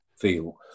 feel